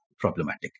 problematic